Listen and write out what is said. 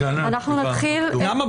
אנחנו נתחיל --- למה?